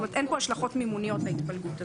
אין פה השלכות מימוניות להתפלגות הזאת.